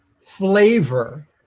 flavor